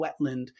wetland